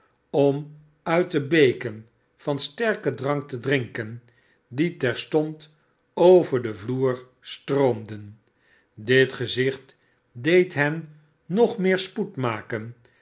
om uit de beken van sterken drank te drinken die terstond over den vloer stroomden dit gezicht deed hen nog meer spoed maken